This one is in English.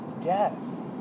death